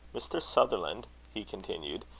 mr. sutherland he continued,